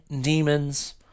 demons